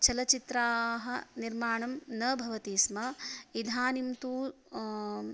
चलच्चित्राणि निर्माणं न भवति स्म इदानीं तु